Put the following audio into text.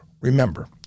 Remember